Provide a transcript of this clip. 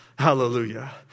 hallelujah